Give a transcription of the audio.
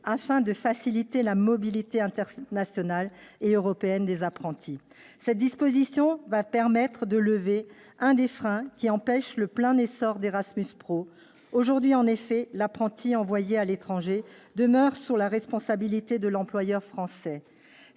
afin de faciliter la mobilité internationale et européenne des apprentis. Cette disposition va permettre de lever l'un des freins qui empêchent le plein essor d'Erasmus Pro. Aujourd'hui, en effet, l'apprenti envoyé à l'étranger demeure sous la responsabilité de l'employeur français.